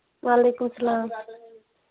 وعلیکُم سَلام